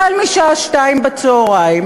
החל משעה מסוימת,